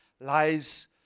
lies